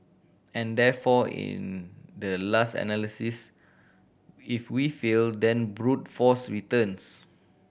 and therefore in the last analysis if we fail then brute force returns